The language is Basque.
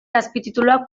azpitituluak